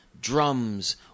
drums